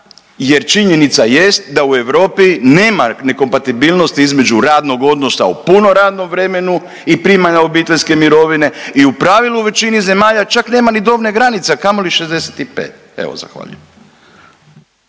jer činjenica jest da u Europi nema nekompatibilnosti između radnog odnosa u punom radnom vremenu i primarne obiteljske mirovine i u pravilu u većini zemalja čak nema ni dobne granice, a kamoli 65. Evo zahvaljujem.